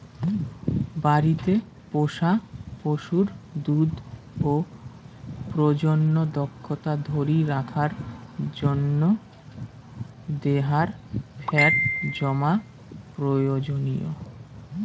বাড়িত পোষা পশুর দুধ ও প্রজনন দক্ষতা ধরি রাখার জইন্যে দেহার ফ্যাট জমা প্রয়োজনীয়